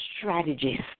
strategies